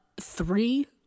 three